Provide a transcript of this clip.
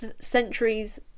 centuries